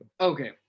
Okay